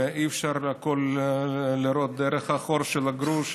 ואי-אפשר לראות הכול דרך החור שבגרוש.